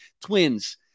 Twins